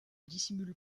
dissimule